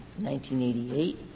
1988